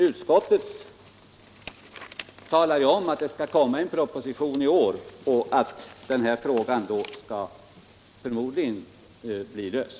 Utskottet talar ju om att det skall komma en proposition i år och att denna fråga då förmodligen blir löst.